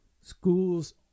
Schools